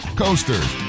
coasters